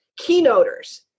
keynoters